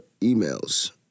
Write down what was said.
emails